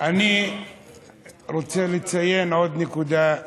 אני רוצה לציין עוד נקודה.